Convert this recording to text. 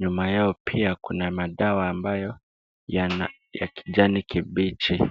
Nyuma yao pia kuna madawa ambayo yana kijani kibichi.